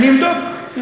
אני אבדוק.